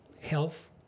health